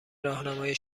راهنمای